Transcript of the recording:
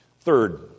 Third